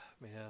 man